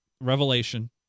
revelation